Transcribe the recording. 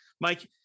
Mike